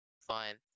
fine